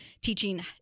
teaching